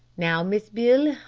now, miss beale,